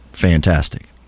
fantastic